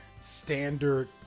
standard